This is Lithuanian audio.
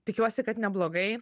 tikiuosi kad neblogai